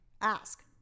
ask